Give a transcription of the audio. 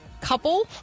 couple